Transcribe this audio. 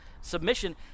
submission